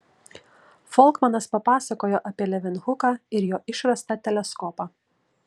folkmanas papasakojo apie levenhuką ir jo išrastą teleskopą